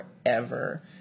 forever